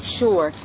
sure